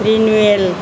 renewal